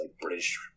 British